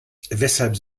weshalb